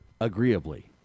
Agreeably